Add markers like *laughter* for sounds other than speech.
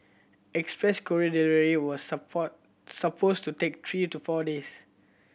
express courier delivery was *unintelligible* supposed to take three to four days